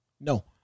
no